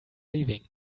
leaving